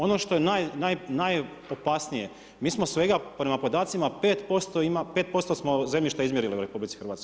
Ono što je najopasnije mi smo svega prema podacima 5% ima, 5% smo zemljišta izmjerili u RH.